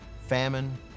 famine